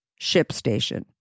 ShipStation